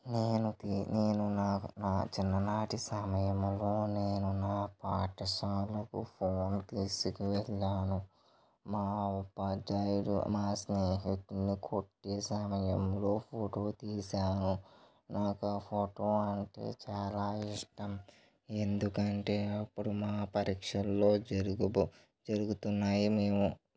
నేను నే నేను నా నా చిన్ననాటి సమయములో నేను నా పాఠశాలకు ఫోన్ తీసుకువెళ్ళాను మా ఉపాధ్యాయుడు మా స్నేహితుడిని కొట్టే సమయంలో ఫోటో తీసాను నాకు ఆ ఫోటో అంటే చాలా ఇష్టం ఎందుకంటే అప్పుడు మా పరీక్షల్లో జరుగబో జరుగుతున్నాయి మేము